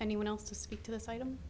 anyone else to speak to this item